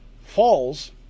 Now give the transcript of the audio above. falls